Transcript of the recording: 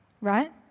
right